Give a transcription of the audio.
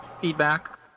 feedback